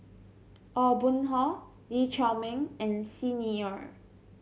Aw Boon Haw Lee Chiaw Meng and Xi Ni Er